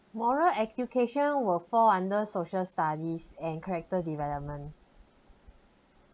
moral education will fall under social studies and character development